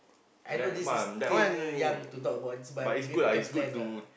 I know this is still young to talk about this but maybe you can plan lah